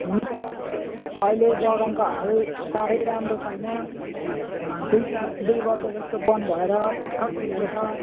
हुन्छ अहिले बगानको हाल साह्रै राम्रो छैन दुई चार दुई वर्ष जस्तो बन्द भएर भर्खर खुलेको छ